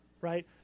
right